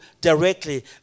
directly